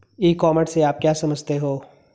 ई commerce से आप क्या समझते हो?